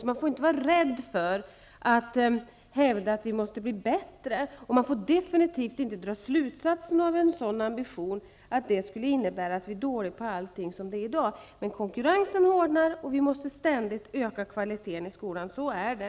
Vi får inte vara rädda för att hävda att vi måste bli bättre. Vi får definitivt inte dra den slutsatsen att en sådan ambition skulle innebära att vi är dåliga på allt i dag. Men konkurrensen hårdnar, och vi måste ständigt öka kvaliteten i skolan. Så är det.